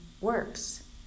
works